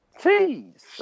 jeez